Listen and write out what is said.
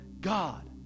God